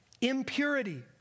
impurity